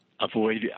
avoid